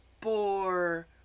bore